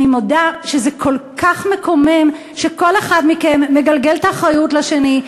אני מודה שזה כל כך מקומם שכל אחד מכם מגלגל את האחריות לשני.